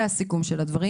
זה הסיכום של הדברים.